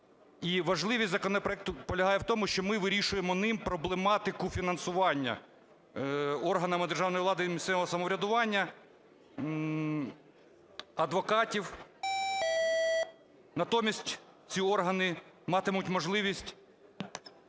важливість законопроекту полягає в тому, що ми вирішуємо ним проблематику фінансування органами державної влади і місцевого самоврядування адвокатів, натомість ці органи матимуть можливість